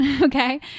okay